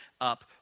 up